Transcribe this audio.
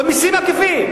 במקום הראשון במסים העקיפים.